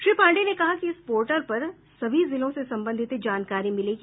श्री पांडेय ने कहा कि इस पोर्टल पर सभी जिलों से संबंधित जानकारी मिलेगी